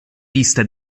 vista